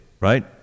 right